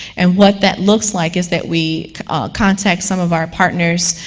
and what that looks like is that we contact some of our partners,